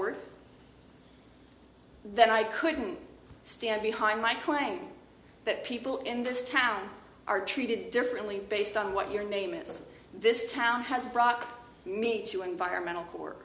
d that i couldn't stand behind my claim that people in this town are treated differently based on what your name in this town has brought me to environmental court